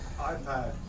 iPad